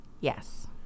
Yes